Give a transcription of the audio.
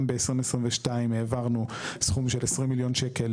גם ב-2022 העברנו סכום של 20 מיליון שקל,